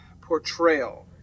portrayal